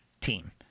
team